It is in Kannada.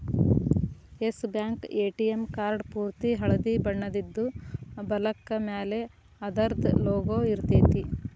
ಎಸ್ ಬ್ಯಾಂಕ್ ಎ.ಟಿ.ಎಂ ಕಾರ್ಡ್ ಪೂರ್ತಿ ಹಳ್ದಿ ಬಣ್ಣದಿದ್ದು, ಬಲಕ್ಕ ಮ್ಯಾಲೆ ಅದರ್ದ್ ಲೊಗೊ ಇರ್ತೆತಿ